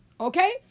Okay